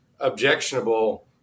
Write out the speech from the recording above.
objectionable